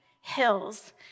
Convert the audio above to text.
hills